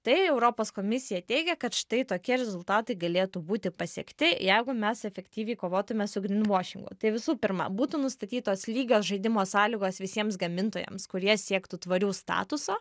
tai europos komisija teigia kad štai tokie rezultatai galėtų būti pasiekti jeigu mes efektyviai kovotume su grinvošingu tai visų pirma būtų nustatytos lygios žaidimo sąlygos visiems gamintojams kurie siektų tvarių statuso